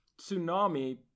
tsunami